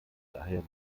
daher